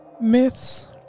myths